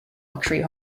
luxury